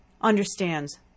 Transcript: understands